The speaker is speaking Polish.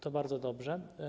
To bardzo dobrze.